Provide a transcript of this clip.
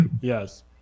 Yes